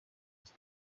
his